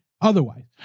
otherwise